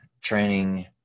training